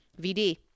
VD